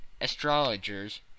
astrologers